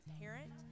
parent